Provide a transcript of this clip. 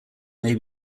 may